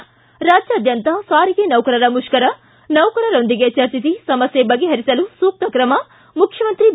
ಾ ರಾಜ್ಯಾದ್ಯಂತ ಸಾರಿಗೆ ನೌಕರರ ಮುಷ್ತರ ನೌಕರರೊಂದಿಗೆ ಚರ್ಚಿಸಿ ಸಮಸ್ಯೆ ಬಗೆಹರಿಸಲು ಸೂಕ್ತ ಕ್ರಮ ಮುಖ್ಯಮಂತ್ರಿ ಬಿ